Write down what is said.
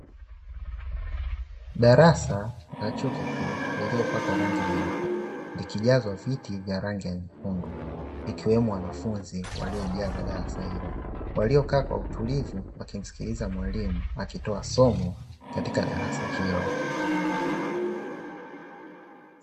Darasa la chuo kikuu, lililopakwa rangi nyeupe, likijazwa viti vya rangi nyekundu, ikiwemo wanafunzi waliojaza darasa hilo. Waliokaa kwa utulivu wakimskiliza mwalimu, akitoa somo katika darasa hilo.